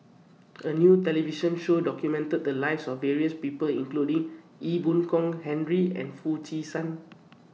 A New television Show documented The Lives of various People including Ee Boon Kong Henry and Foo Chee San